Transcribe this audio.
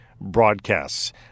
broadcasts